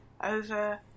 Over